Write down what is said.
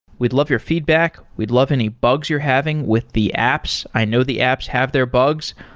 we'd love your feedback. we'd love any bugs you're having with the apps. i know the apps have their bugs,